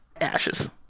ashes